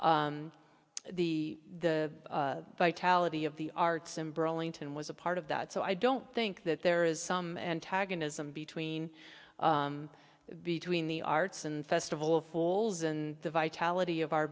the the vitality of the arts in burlington was a part of that so i don't think that there is some antagonism between between the arts and festival of foals and the vitality of our